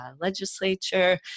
legislature